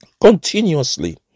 continuously